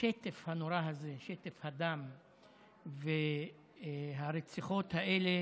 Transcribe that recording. השטף הנורא הזה, שטף הדם והרציחות האלה